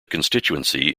constituency